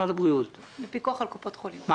הראוי שהסכמה כזאת --- לא יודעים מראש.